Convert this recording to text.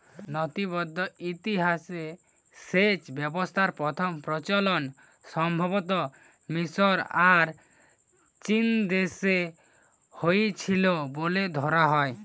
নথিবদ্ধ ইতিহাসে সেচ ব্যবস্থার প্রথম প্রচলন সম্ভবতঃ মিশর আর চীনদেশে হইছিল বলে ধরা হয়